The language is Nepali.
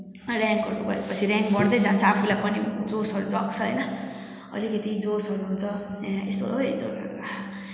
र्याङ्कहरू भए पछि र्याङ्क बढ्दै जान्छ आफूलाई पनि जोसहरू जाग्छ होइन अलिकति जोसहरू हुन्छ यसो जोसहरू